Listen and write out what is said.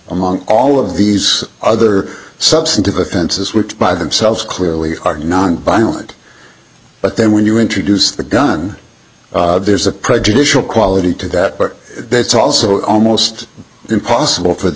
among all of these other substantive offenses which by themselves clearly are nonviolent but then when you introduce the gun there's a prejudicial quality to that but that's also almost impossible for the